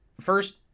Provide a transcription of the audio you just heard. first